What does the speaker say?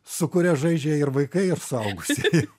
su kuriuo žaidžia ir vaikai ir suaugusieji